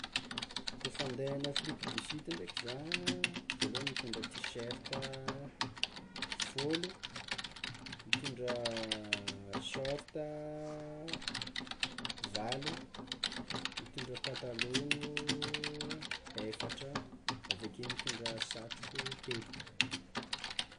Kôfa ande en Afrique du sud ndraiky zah, voalohany mitondra tiserta fôlo, mitondra sôrta valo, mitondra patalogno efatra, aveke mitondra satroko telo.